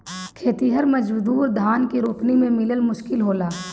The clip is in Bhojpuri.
खेतिहर मजूर धान के रोपनी में मिलल मुश्किल होलन